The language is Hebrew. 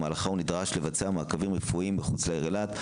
במהלכה הוא נדרש לבצע מעקבים רפואיים מחוץ לעיר אילת.